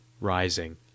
rising